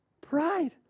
Pride